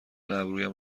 ابرویم